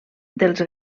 dels